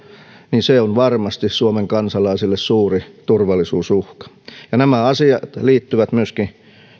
niin se on varmasti suomen kansalaisille suuri turvallisuusuhka nämä asiat liittyvät myöskin